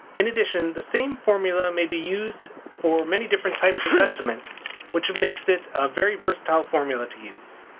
in addition the same formula may be used for many different types of estimates which makes it a very versatile formula to use.